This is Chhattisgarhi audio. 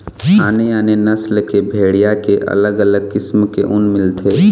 आने आने नसल के भेड़िया के अलग अलग किसम के ऊन मिलथे